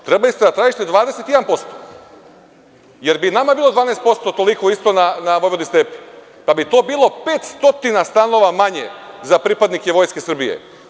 Trebali ste da tražite 21%, jer bi nama bilo 12% toliko isto na „Vojvodi Stepi“, pa bi to bilo 500 stanova manje za pripadnike Vojske Srbije.